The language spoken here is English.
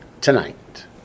tonight